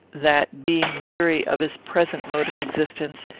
that, being weary of his present mode of existence,